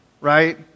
right